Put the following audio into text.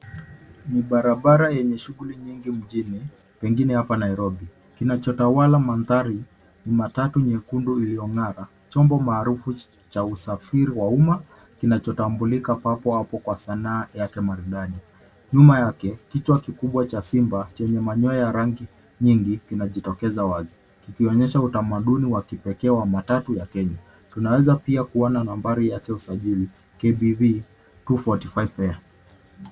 Ni barabara yenye shughuli nyingi mjini pengine hapa Nairobi. Kinachotawala mandhari ni matatu nyekundu iliyong'ara, chombo maarufu wa usafiri wa umma kinachotambulika papo hapo kwa sanaa yake maridadi. Nyuma yake kichwa kikubwa cha simba chenye manyoya ya rangi nyingi kinajitokeza wazi, kikionyesha utamadani wa kipekee wa matatu ya Kenya. Tunaweza pia kuona nambari yake usajili KBV 245A .